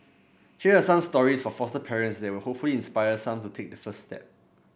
here are some stories for foster parents that will hopefully inspire some to take that first step